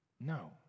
No